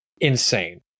Insane